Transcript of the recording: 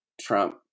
Trump